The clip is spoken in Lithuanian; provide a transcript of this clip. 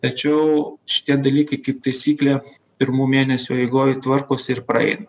tačiau šitie dalykai kaip taisyklė pirmų mėnesių eigoj tvarkosi ir praeina